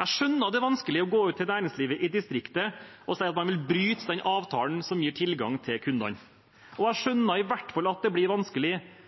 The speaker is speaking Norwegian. Jeg skjønner at det er vanskelig å gå ut til næringslivet i distriktet og si at man vil bryte den avtalen som gir tilgang til kundene. Og jeg skjønner i hvert fall at det blir vanskelig